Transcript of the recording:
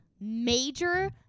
major